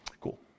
Cool